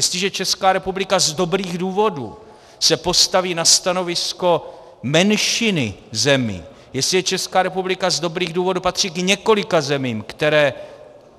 Jestliže se Česká republika z dobrých důvodů postaví na stanovisko menšiny zemí, jestliže Česká republika z dobrých důvodů patří k několika zemím, které